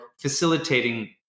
facilitating